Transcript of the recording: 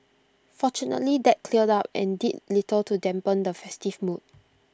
fortunately that cleared up and did little to dampen the festive mood